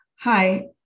Hi